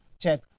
check